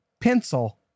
pencil